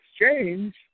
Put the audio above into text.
exchange